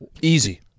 easy